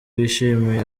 yishimiye